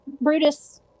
Brutus